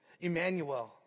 Emmanuel